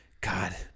God